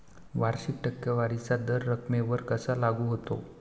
वार्षिक टक्केवारीचा दर रकमेवर कसा लागू होतो?